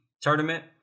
tournament